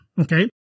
Okay